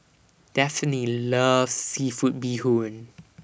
Daphne loves Seafood Bee Hoon